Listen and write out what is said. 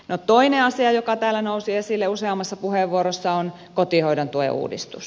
no toinen asia joka täällä nousi esille useammassa puheenvuorossa on kotihoidon tuen uudistus